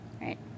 Right